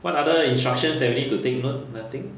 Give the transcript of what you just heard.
what other instruction that we need to take note nothing